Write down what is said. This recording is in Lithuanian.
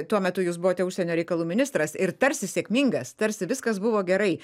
tuo metu jūs buvote užsienio reikalų ministras ir tarsi sėkmingas tarsi viskas buvo gerai